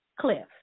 cliff